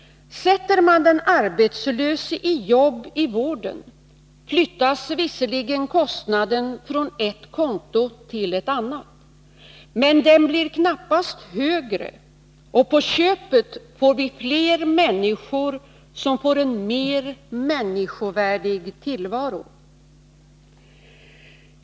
Sätter man den arbetslöse i jobb inom vården, flyttas visserligen kostnaden från ett konto till ett annat, men den blir knappast högre — och på köpet får vi fler människor som ges en mer människovärdig tillvaro.